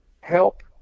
help